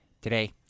Today